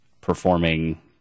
performing